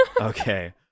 Okay